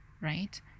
right